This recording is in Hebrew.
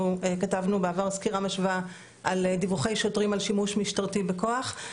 אנחנו כתבנו בעבר סקירה משווה על דיווחי שוטרים על שימוש משטרתי בכוח.